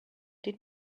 did